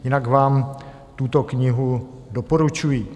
Jinak vám tuto knihu doporučuji.